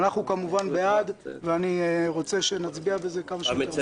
אנחנו כמובן בעד ואני רוצה שנצביע כמה שיותר מהר.